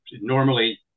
normally